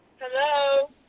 Hello